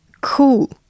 cool